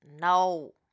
No